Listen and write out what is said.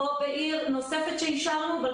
בעיר נוספת שאישרנו היו לא